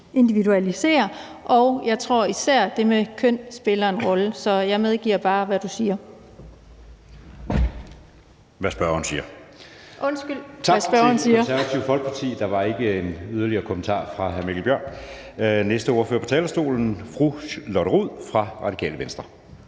individualisere. Og jeg tror især, det med køn spiller en rolle. Så jeg medgiver bare, hvad spørgeren siger. Kl. 14:47 Anden næstformand (Jeppe Søe): Tak til Det Konservative Folkeparti. Der er ikke en yderligere kommentar fra hr. Mikkel Bjørn. Næste ordfører på talerstolen er fru Lotte Rod fra Radikale Venstre.